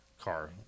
car